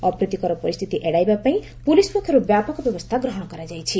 ଅପ୍ରୀତିକର ପରିସ୍ରିତି ଏଡ଼ାଇବା ପାଇଁ ପୁଲିସ୍ ପକ୍ଷରୁ ବ୍ୟାପକ ବ୍ୟବସ୍ତା ଗ୍ରହଶ କରାଯାଇଛି